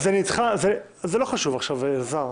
זה לא חשוב עכשיו, אלעזר.